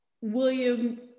William